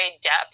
depth